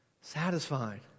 Satisfied